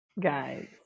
guys